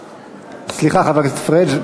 סליחה, חבר הכנסת פריג'.